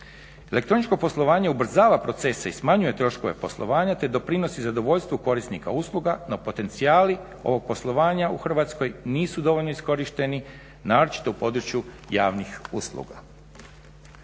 Elektroničko poslovanje ubrzava procese i smanjuje troškove poslovanja te doprinosi zadovoljstvu korisnika usluga, a potenciji ovog poslovanja u Hrvatskoj nisu dovoljno iskorišteni, naročito u području javnih usluga.